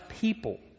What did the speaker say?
people